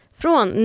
från